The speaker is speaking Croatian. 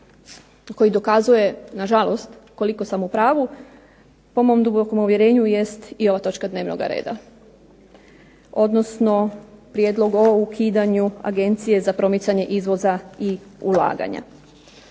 koji dokazuje na žalost koliko sam u pravu po mom dubokom uvjerenju jest i ova točka dnevnoga reda, odnosno Prijedlog o ukidanju Agencije za promicanje izvoza i ulaganja.